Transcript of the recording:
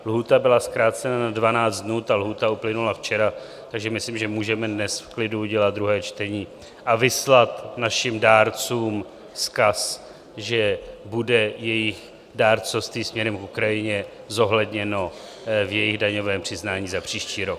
Lhůta byla zkrácena na 12 dnů, ta lhůta uplynula včera, takže myslím, že můžeme dnes v klidu udělat druhé čtení a vyslat našim dárcům vzkaz, že bude jejich dárcovství směrem k Ukrajině zohledněno v jejich daňovém přiznání za příští rok.